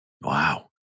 Wow